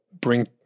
bring